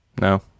no